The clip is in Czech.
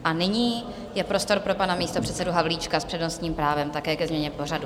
A nyní je prostor pro pana místopředsedu Havlíčka s přednostním právem, také ke změně pořadu.